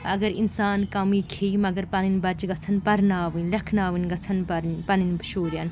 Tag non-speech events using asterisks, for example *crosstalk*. اگر اِنسان کَمٕے کھیٚیہِ مگر پَنٕنۍ بَچہِ گژھَن پَرناوٕنۍ لٮ۪کھناوٕنۍ گژھَن *unintelligible* پَنٕنۍ شُرٮ۪ن